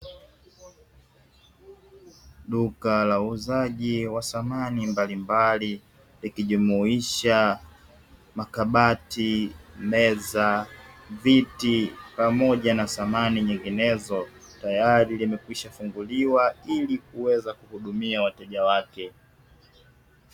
Duka la uuzaji wa samani mbalimbali likijumuisha: makabati, meza, viti pamoja na samani nyinginezo; tayari limekwishafunguliwa ili kuhudumia wateja wake.